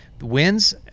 wins